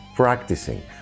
Practicing